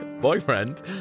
Boyfriend